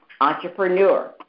entrepreneur